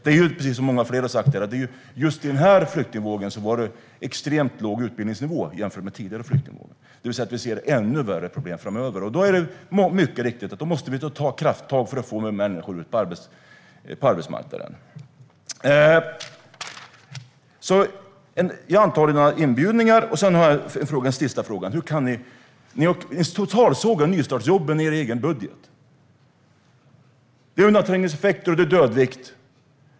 Det är också precis som många fler här har sagt att i just den här flyktingvågen var det extremt låg utbildningsnivå jämfört med tidigare flyktingvågor, det vill säga att vi ser ännu värre problem framöver. Då måste vi mycket riktigt ta krafttag för att få ut människor på arbetsmarknaden. Jag antar alltså dina inbjudningar, och sedan har jag en sista fråga. Ni totalsågar nystartsjobben i er egen budget. Det är undanträngningseffekter, och det är dödvikt.